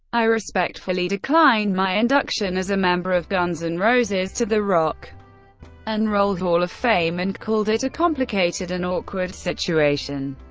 i respectfully decline my induction as a member of guns n' and roses to the rock and roll hall of fame and called it a complicated and awkward situation.